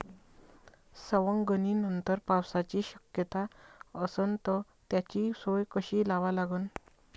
सवंगनीनंतर पावसाची शक्यता असन त त्याची सोय कशी लावा लागन?